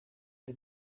the